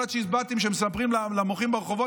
כל הצ'יזבטים שמספרים למוחים ברחובות,